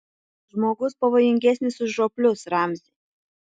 žmogus pavojingesnis už roplius ramzi